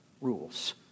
Rules